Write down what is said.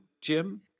Jim